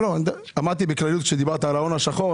דיברתי בכלליות לגבי ההון השחור,